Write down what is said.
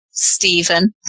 Stephen